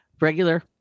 regular